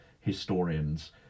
historians